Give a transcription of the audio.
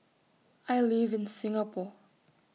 I live in Singapore